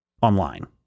online